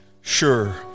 sure